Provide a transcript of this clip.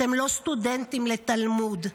אתם לא סטודנטים לתלמוד,